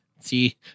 see